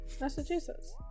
Massachusetts